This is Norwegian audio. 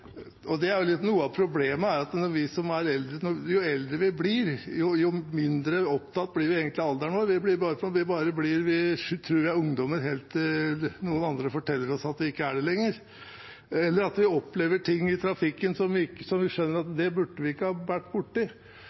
av alderen vår jo eldre vi blir. Vi tror vi er ungdommer helt til noen forteller oss at vi ikke er det lenger, eller vi opplever ting i trafikken som vi skjønner at vi ikke burde vært borti.